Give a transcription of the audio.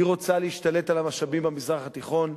היא רוצה להשתלט על המשאבים במזרח התיכון,